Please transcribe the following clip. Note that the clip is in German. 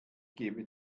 gebe